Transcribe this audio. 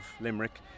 Limerick